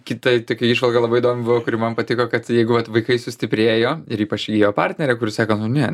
kita tokia įžvalga labai įdomi buvo kuri man patiko kad jeigu vat vaikai sustiprėjo ir ypač ir jo partnerė kuri sako nu ne